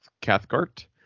Cathcart